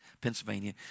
Pennsylvania